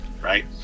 right